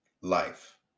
life